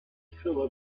fill